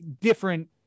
different